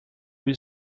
will